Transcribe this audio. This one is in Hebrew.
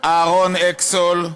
אהרן אקסול,